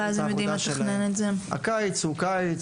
הקיץ הוא קיץ.